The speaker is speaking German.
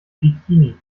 bikini